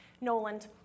Noland